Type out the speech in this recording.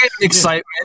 excitement